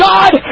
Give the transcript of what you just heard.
God